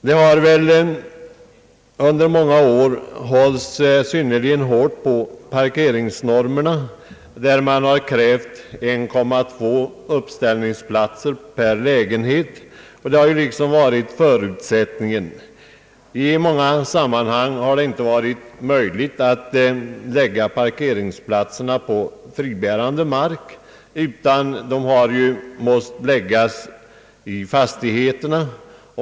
Det har under många år hållits synnerligen hårt på parkeringsnormerna, enligt vil I många sammanhang har det inte varit möjligt att lägga parkeringsplatserna på markplan utan de har måst läggas som centralgarage i fastigheterna.